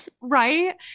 Right